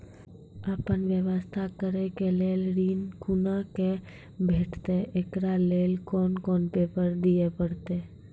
आपन व्यवसाय करै के लेल ऋण कुना के भेंटते एकरा लेल कौन कौन पेपर दिए परतै?